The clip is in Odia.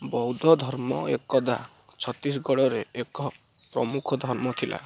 ବୌଦ୍ଧ ଧର୍ମ ଏକଦା ଛତିଶଗଡ଼ରେ ଏକ ପ୍ରମୁଖ ଧର୍ମ ଥିଲା